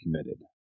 committed